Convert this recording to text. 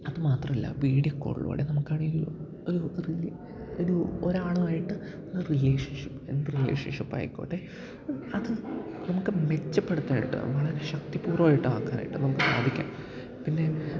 അത് മാത്രമല്ല വീഡിയോ കോളിലൂടെ നമുക്കാണെങ്കിൽ ഒരാളുമായിട്ട് ഒരു റിലേഷൻഷിപ്പ് എന്ത് റിലേഷൻഷിപ്പുമായിക്കോട്ടെ അത് നമുക്ക് മെച്ചപ്പെടുത്താനായിട്ട് വളരെ ശക്തിപൂർവ്വമായിട്ട് ആക്കാനായിട്ട് നമുക്ക് സാധിക്കും പിന്നെ